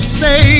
say